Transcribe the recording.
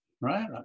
Right